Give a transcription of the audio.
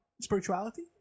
spirituality